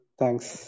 thanks